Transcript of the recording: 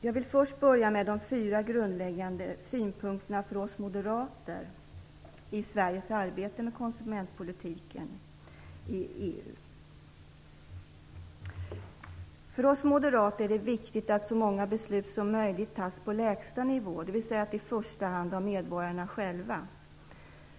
Jag vill börja med de fyra grundläggande synpunkterna för oss moderater i För oss moderater är det viktigt att så många beslut som möjligt fattas på lägsta nivå, dvs. i första hand av medborgarna själva.